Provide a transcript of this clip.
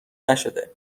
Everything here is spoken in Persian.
نشده